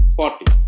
forty